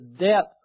depth